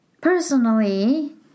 personally